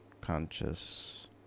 conscious